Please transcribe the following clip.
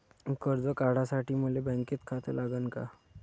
कर्ज काढासाठी मले बँकेत खातं लागन का?